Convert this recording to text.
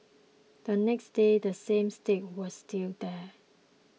the next day the same stick was still there